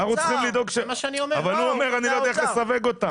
והוא אומר שהוא לא יודע איך לסווג אותם.